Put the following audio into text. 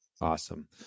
Awesome